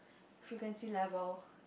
frequency level